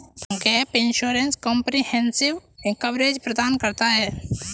gap insurance comprehensive coverage प्रदान करता है